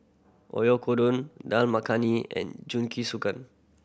Oyakodon Dal Makhani and Jingisukan